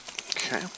Okay